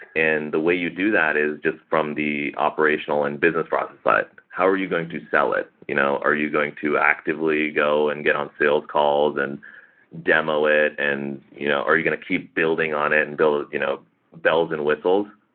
the way you do that is just from the operational and business process side. how are you going to sell it? you know are you going to actively go and get on sales calls and demo it and you know are you going to keep building on it and build you know bells and whistles?